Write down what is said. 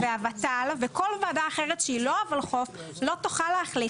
והות"ל וכל וועדה אחרת שהיא לא הולחו"ף לא תוכל להחליט את זה.